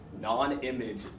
non-image